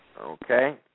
Okay